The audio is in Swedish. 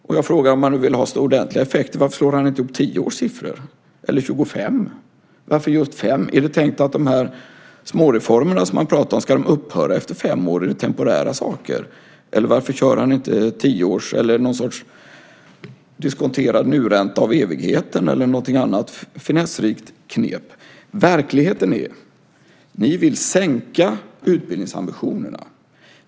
Om man nu vill ha så ordentliga effekter undrar jag varför han i så fall inte slår ihop tio års siffror eller tjugofem års. Varför just fem? Är det tänkt att de småreformer som han talar om ska upphöra efter fem år? Är det fråga om temporära saker, eller varför kör han inte någon sorts diskonterad nuränta av evigheten eller något annat finessrikt knep? Verkligheten är den att ni vill sänka utbildningsambitionerna.